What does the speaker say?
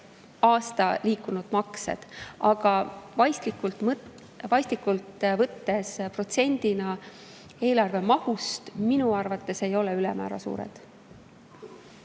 aasta liikunud maksed. Aga vaistlikult, võttes protsendina eelarve mahust, minu arvates ei ole need ülemäära suured.